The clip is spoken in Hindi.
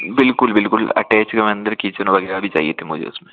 बिलकुल बिलकुल अटैच हो अंदर किचन वगैरह भी चाहिए थी मुझे उसमें